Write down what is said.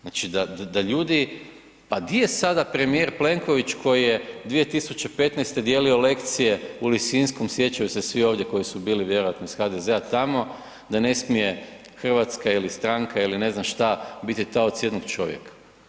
Znači da ljudi, pa di je sada premijer Plenković koji je 2015. dijelio lekcije u Lisinskom, sjećaju se svi ovdje koji su bili vjerojatno iz HDZ-a tamo, da ne smije Hrvatska ili stranka ili ne znam šta biti taoc jednog čovjeka.